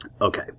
Okay